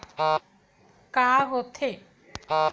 का होथे?